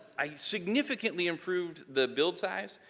i significantly improved the build size,